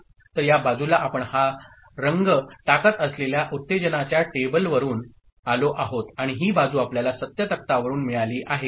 तर या बाजूला आपण हा रंग टाकत असलेल्या उत्तेजनाच्या टेबलावरुन आलो आहोत आणि ही बाजू आपल्याला सत्य तक्तावरुन मिळाली आहे